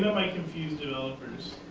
might confuse developers.